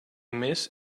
miss